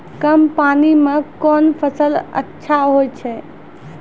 कम पानी म कोन फसल अच्छाहोय छै?